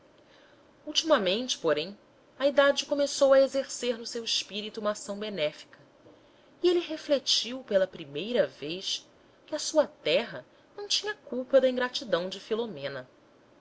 ultimamente porém a idade começou a exercer no seu espírito uma ação benéfica e ele refletiu pela primeira vez que a sua terra não tinha culpa da ingratidão de filomena